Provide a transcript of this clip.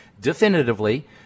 definitively